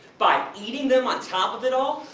by eating them, on top of it all?